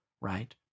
right